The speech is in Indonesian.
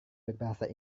berbahasa